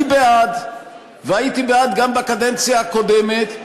אני בעד והייתי בעד גם בקדנציה הקודמת,